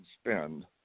spend